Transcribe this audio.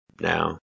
now